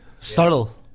Subtle